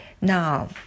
Now